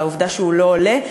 והעובדה שהוא לא עולה,